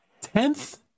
tenth